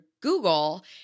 Google